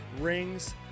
rings